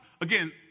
again